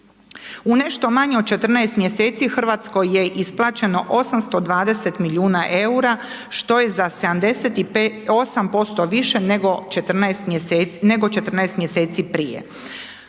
U nešto manje od 14 mj. Hrvatskoj je isplaćeno 820 milijuna što je za 78% više nego 14 mj. prije.